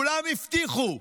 כולם הבטיחו,